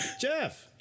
Jeff